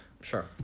Sure